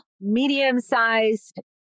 medium-sized